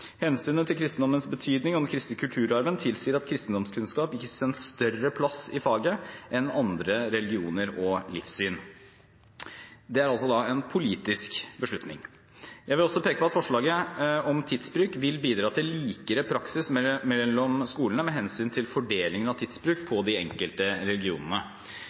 Hensynet til kristendommens betydning og den kristne kulturarven tilsier at kristendomskunnskap gis en større plass i faget enn andre religioner og livssyn. Det er altså en politisk beslutning. Jeg vil også peke på at forslaget om tidsbruk vil bidra til likere praksis mellom skolene med hensyn til fordelingen av tidsbruk på de enkelte